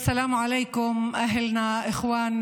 (אומרת בערבית:)